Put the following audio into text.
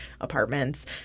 apartments